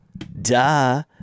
Duh